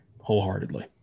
wholeheartedly